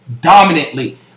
dominantly